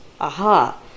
Aha